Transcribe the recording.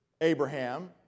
Abraham